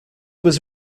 was